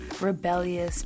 rebellious